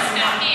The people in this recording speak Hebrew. מסתפקים.